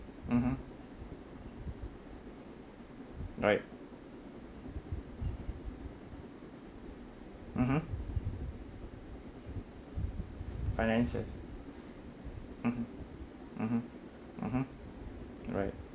mmhmm right mmhmm finances mmhmm mmhmm mmhmm right